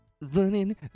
Running